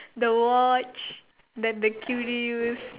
the watch the the cuties